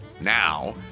now